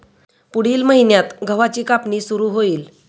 पुढील महिन्यात गव्हाची कापणी सुरू होईल